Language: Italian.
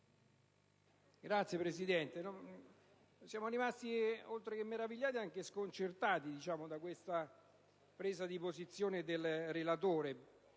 Signora Presidente, siamo rimasti, oltre che meravigliati, anche sconcertati dalla presa di posizione del relatore.